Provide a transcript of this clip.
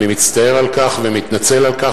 אני מצטער על כך, ומתנצל על כך.